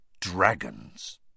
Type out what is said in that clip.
Dragons